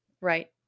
right